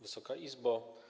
Wysoka Izbo!